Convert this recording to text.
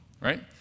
Right